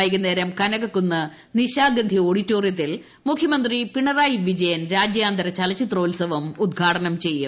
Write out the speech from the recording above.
വൈകുന്നേരം കനകക്കുന്ന് നിശാഗന്ധി ഓഡിറ്റോറിയത്തിൽ മുഖ്യമന്ത്രി പിണറായി വിജയൻ രാജ്യാന്തര ചലചിത്രോൽസവം ഉദ്ഘാടനം ചെയ്യും